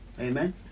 Amen